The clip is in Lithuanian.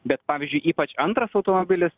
bet pavyzdžiui ypač antras automobilis